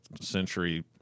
century